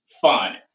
fun